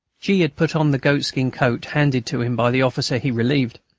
g. had put on the goatskin coat handed to him by the officer he relieved.